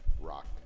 rock